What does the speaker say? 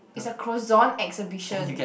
it's a croissant exhibition